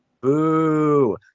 Boo